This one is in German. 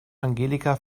angelika